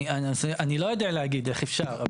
אני לא יודע להגיד איך אפשר.